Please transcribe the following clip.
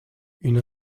une